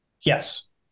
Yes